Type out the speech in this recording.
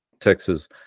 Texas